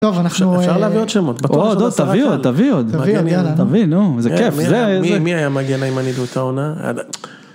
אפשר להביא עוד שמות, תביא עוד, תביא נו זה כיף, מי היה המגן הימני באותה עונה?